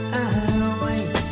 away